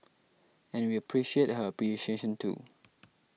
and we appreciate her appreciation too